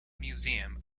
museum